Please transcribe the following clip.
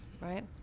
Right